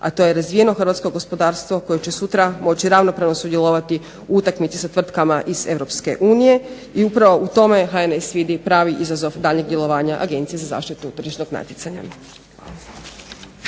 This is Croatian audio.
a to je razvijeno hrvatsko gospodarstvo koje će sutra moći ravnopravno sudjelovati u utakmici sa tvrtkama iz Europske unije. I upravo u tome HNS vidi pravi izazov daljnjeg djelovanja Agencije za zaštitu tržišnog natjecanja.